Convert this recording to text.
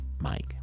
Mike